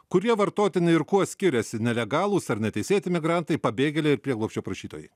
kurie vartotini ir kuo skiriasi nelegalūs ar neteisėti migrantai pabėgėliai ir prieglobsčio prašytojai